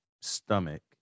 stomach